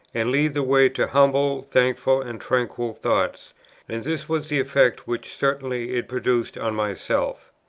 and lead the way to humble, thankful, and tranquil thoughts and this was the effect which certainly it produced on myself.